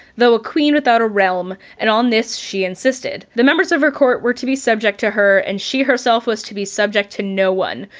though a queen without a realm, and on this she insisted. the members of her court were to be subject to her and she herself was to be subject to no one,